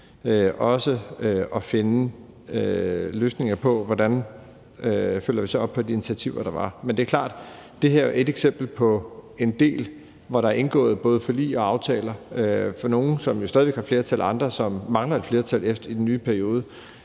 også at finde løsninger på, hvordan vi så følger op på de initiativer, der var. Men det er klart, at det her er et eksempel på en del, hvor der er indgået både forlig og aftaler, som der for nogles vedkommende stadig væk er flertal for, mens der for andre mangler et flertal her i den nye